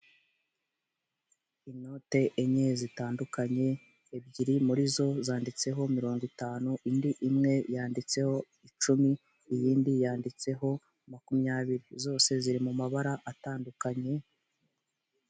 Inote enye zitandukanye ebyiri muri zo zanditseho mirongo itanu indi imwe yanditseho icumi, iyindi yanditseho makumyabiri, zose ziri mu mabara atandukanye.